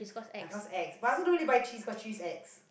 ya cause ex but I don't really buy cheese cause cheese ex